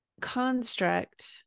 construct